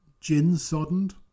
gin-soddened